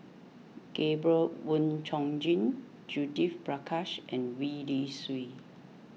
Gabriel Oon Chong Jin Judith Prakash and Gwee Li Sui